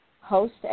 host